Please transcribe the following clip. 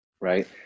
right